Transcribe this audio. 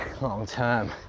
long-term